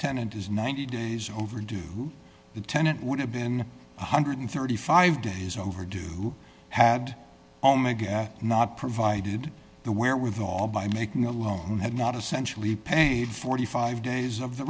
tenant is ninety days overdue the tenant would have been one hundred and thirty five days overdue had omega not provided the wherewithal by making a loan had not essentially paid forty five days of the